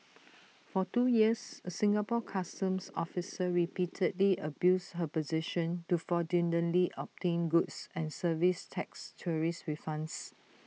for two years A Singapore Customs officer repeatedly abused her position to fraudulently obtain goods and services tax tourist refunds